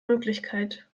möglichkeit